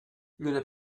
lluna